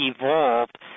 evolved